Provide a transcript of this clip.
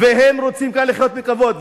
והם רוצים לחיות כאן בכבוד.